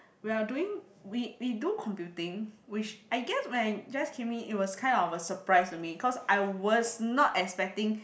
we are doing we we do computing which I guessed when I just came in it was kind of a surprise to me cause I was not expecting